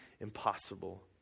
impossible